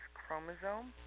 chromosome